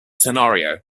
scenario